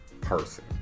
person